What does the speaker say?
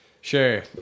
Sure